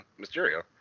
Mysterio